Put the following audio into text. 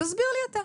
תסביר לי אתה.